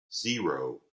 zero